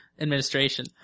administration